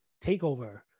TakeOver